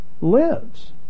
lives